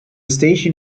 station